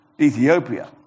Ethiopia